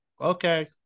okay